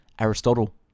Aristotle